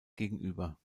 gegenüber